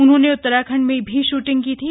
उन्होंने उत्तराखंड में भी शूटिंग की थी